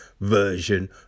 version